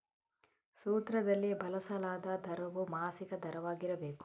ಸೂತ್ರದಲ್ಲಿ ಬಳಸಲಾದ ದರವು ಮಾಸಿಕ ದರವಾಗಿರಬೇಕು